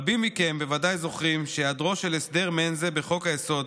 רבים מכם בוודאי זוכרים שהיעדרו של הסדר מעין זה בחוק-היסוד